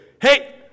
Hey